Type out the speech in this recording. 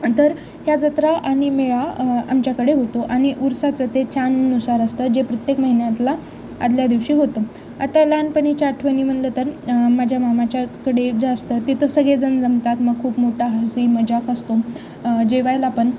तर ह्या जत्रा आणि मेळा आमच्याकडे होतो आणि ऊरसाचं ते चांदनुसार असतं जे प्रत्येक महिन्यातला आदल्या दिवशी होतं आता लहानपणीच्या आठवणी म्हणलं तर माझ्या मामाच्याकडे जे असतं तिथं सगळेजण जमतात मग खूप मोठा हसी मजाक असतो जेवायला पण